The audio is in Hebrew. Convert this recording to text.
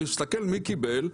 הוא הסתכל מי קיבל,